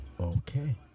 Okay